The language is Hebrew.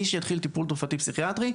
מי שהתחיל טיפול תרופתי פסיכיאטרי,